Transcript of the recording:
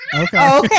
Okay